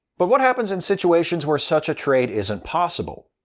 but what happens in situations where such a trade isn't possible?